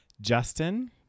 Justin